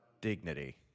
dignity